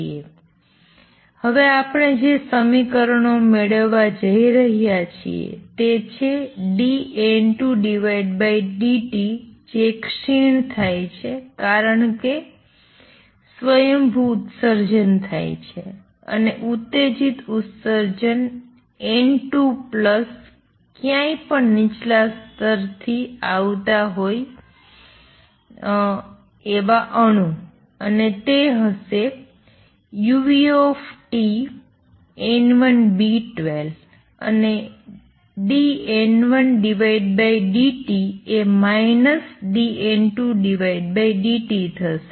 તેથી હવે આપણે જે સમીકરણો મેળવવા જઈ રહ્યા છીએ તે છે dN2dt જે ક્ષીણ થાય છે કારણ કે સ્વયંભૂ ઉત્સર્જન થાય છે અને ઉત્તેજીત ઉત્સર્જન N2 પ્લસ ક્યાંય પણ નીચલા સ્તરથી આવતા અણુ હોય છે અને તે હશે uTN1B12 અને dN1dt એ dN2dt થશે